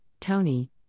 Tony